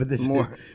More